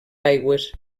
aigües